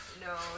no